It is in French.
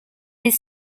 est